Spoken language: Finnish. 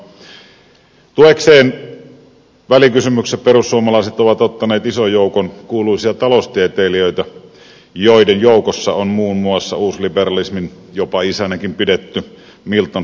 tuekseen välikysymyksessä perussuomalaiset ovat ottaneet ison joukon kuuluisia taloustieteilijöitä joiden joukossa on muun muassa jopa uusliberalismin isänäkin pidetty milton fridman